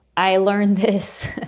i learned this,